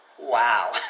Wow